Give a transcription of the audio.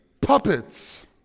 puppets